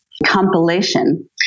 compilation